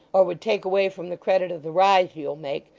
or would take away from the credit of the rise you'll make,